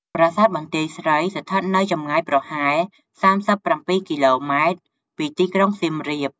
ប្រាសាទបន្ទាយស្រី ស្ថិតនៅចម្ងាយប្រហែល ៣៧ គីឡូម៉ែត្រពីទីក្រុងសៀមរាប។